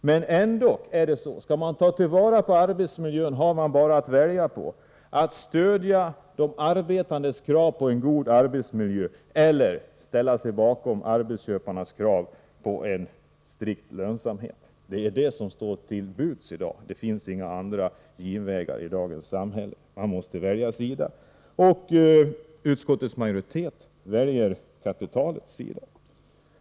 Det är ändå så att om man skall ta till vara arbetsmiljön, har man bara att välja på att stödja de arbetandes krav på en god arbetsmiljö eller att ställa sig bakom arbetsköparnas krav på en strikt lönsamhet. Det är vad som står till buds i dag. Det finns inga genvägar i dagens samhälle — man måste välja sida. Utskottsmajoriteten väljer kapitalets sida.